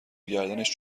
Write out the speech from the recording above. گردنش